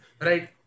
Right